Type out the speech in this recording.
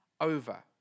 over